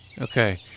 Okay